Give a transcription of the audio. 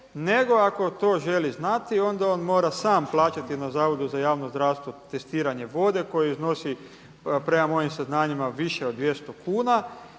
nego ako to želi znati onda on mora sam plaćati na Zavodu za javno zdravstvo testiranje vode koje iznosi prema mojim saznanjima više od 200 kuna